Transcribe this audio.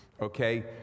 Okay